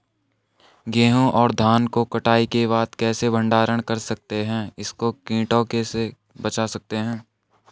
गेहूँ और धान को कटाई के बाद कैसे भंडारण कर सकते हैं इसको कीटों से कैसे बचा सकते हैं?